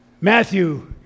Matthew